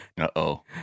Uh-oh